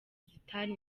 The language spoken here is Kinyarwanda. zitari